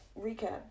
recap